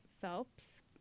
Phelps